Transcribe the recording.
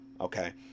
okay